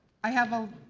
i have a